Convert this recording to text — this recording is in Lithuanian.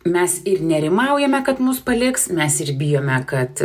mes ir nerimaujame kad mus paliks mes ir bijome kad